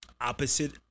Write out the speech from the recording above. opposite